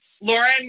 Lauren